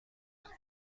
بدنش